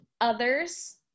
others